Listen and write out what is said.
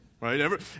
right